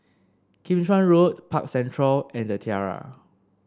Kim Chuan Road Park Central and The Tiara